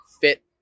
fit